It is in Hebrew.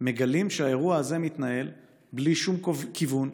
מגלים שהאירוע הזה מתנהל בלי שום כיוון,